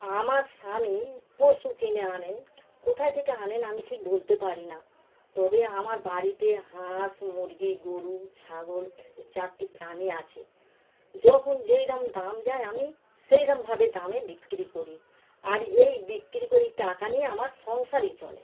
আমার স্বামী পশু কিনে আনেন কোথায় থেকে আনেন আমি ঠিক বলতে পারি না তবে আমার বাড়িতে হাঁস মুরগি গোরু ছাগল এ চারটি প্রাণী আছে যখন যেইরকম দাম যায় আমি সেইরকমভাবে দামে বিক্রি করি আর এই বিক্রি করেই টাকা নিয়ে আমার সংসারই চলে